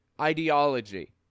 ideology